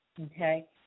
okay